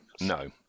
no